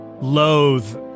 loathe